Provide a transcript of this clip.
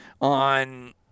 on